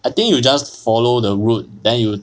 I think you just follow the route then you